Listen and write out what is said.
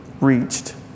reached